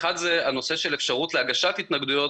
האחד זה הנושא של אפשרות להגשת התנגדויות